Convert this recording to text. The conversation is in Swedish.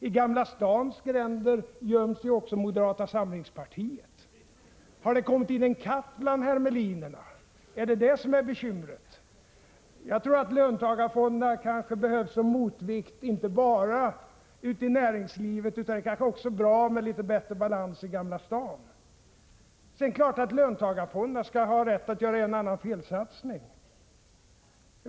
I Gamla stans gränder göms ju också moderata samlingspartiet. Har det kommit in en katt bland hermelinerna? Är det bekymret? Jag tror att löntagarfonderna behövs som en motvikt inte bara ute i näringslivet, utan det är kanske också bra med litet bättre balans i Gamla stan. Sedan är det klart att löntagarfonderna skall ha rätt att göra en och annan felsatsning.